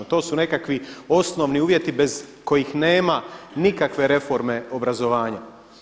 To su nekakvi osnovni uvjeti bez kojih nema nikakve reforme obrazovanja.